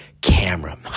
camera